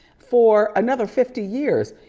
for another fifty years.